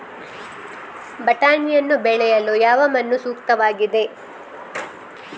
ಬಟಾಣಿಯನ್ನು ಬೆಳೆಯಲು ಯಾವ ಮಣ್ಣು ಸೂಕ್ತವಾಗಿದೆ?